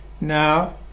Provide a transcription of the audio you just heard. Now